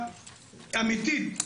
החלטה אמיתית,